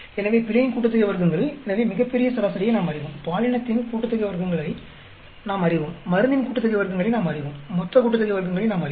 எனவே பிழையின் கூட்டுத்தொகை வர்க்கங்கள் எனவே மிகப்பெரிய சராசரியை நாம் அறிவோம் பாலினத்தின் கூட்டுத்தொகை வர்க்கங்களை நாம் அறிவோம் மருந்தின் கூட்டுத்தொகை வர்க்கங்களை நாம் அறிவோம் மொத்தக் கூட்டுத்தொகை வர்க்கங்களை நாம் அறிவோம்